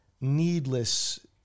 needless